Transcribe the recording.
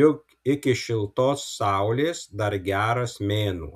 juk iki šiltos saulės dar geras mėnuo